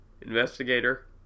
investigator